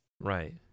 right